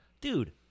Dude